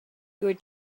your